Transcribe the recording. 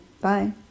Bye